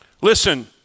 Listen